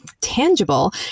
tangible